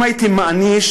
אם הייתי מאניש,